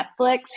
Netflix